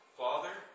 father